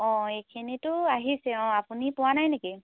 অঁ এইখিনিতো আহিছে অঁ আপুনি পোৱা নাই নেকি